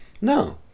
No